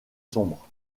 sombre